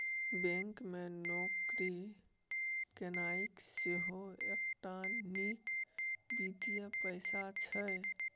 bank मे नौकरी केनाइ सेहो एकटा नीक वित्तीय पेशा छै